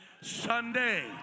Sunday